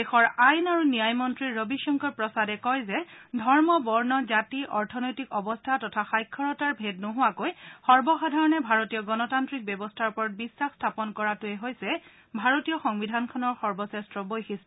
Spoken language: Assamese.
দেশৰ আইন আৰু ন্যায় মন্ত্ৰী ৰবি শংকৰ প্ৰসাদে কয় যে ধৰ্ম বৰ্ণ জাতি অৰ্থনৈতিক অৱস্থা তথা সাক্ষৰতাৰ ভেদ নোহোৱাকৈ সৰ্বসাধাৰণে ভাৰতীয় গণতান্ত্ৰিক ব্যৱস্থাৰ ওপৰত বিশ্বাস স্থাপন কৰাটোৱে হৈছে ভাৰতীয় সংবিধানখনৰ সৰ্বশ্ৰেষ্ঠ বৈশিষ্ট